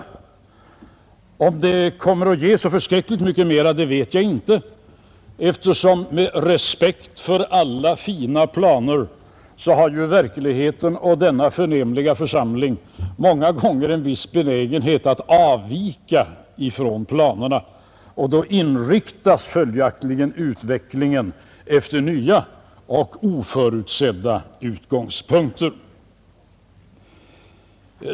Jag vet inte om det kommer att ge så oerhört mycket mer än hittillsvarande arbetssätt, eftersom — med all respekt för alla fina planer — verkligheten och denna förnämliga församling många gånger har en viss benägenhet att avvika från planerna, och då inriktas följaktligen utvecklingen efter nya och oförutsedda utgångspunkter.